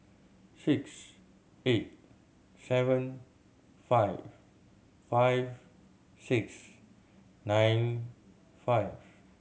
six eight seven five five six nine five